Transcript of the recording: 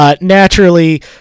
naturally